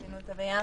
עשינו אותה ביחד.